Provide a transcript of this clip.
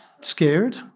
scared